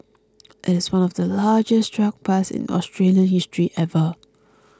it is one of the largest drug busts in Australian history ever